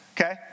okay